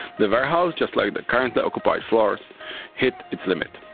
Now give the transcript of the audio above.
the warehouse just like the currently occupied floors hit its limit.